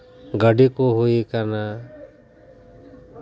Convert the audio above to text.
ᱜᱟᱹᱰᱤ ᱠᱚ ᱦᱩᱭ ᱟᱠᱟᱱᱟ